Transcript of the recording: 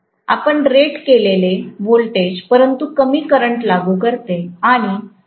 आपण रेट केलेले व्होल्टेज परंतु कमी करंट लागू करते